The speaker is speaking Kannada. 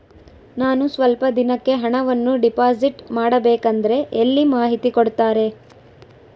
ನಾನು ಸ್ವಲ್ಪ ದಿನಕ್ಕೆ ಹಣವನ್ನು ಡಿಪಾಸಿಟ್ ಮಾಡಬೇಕಂದ್ರೆ ಎಲ್ಲಿ ಮಾಹಿತಿ ಕೊಡ್ತಾರೆ?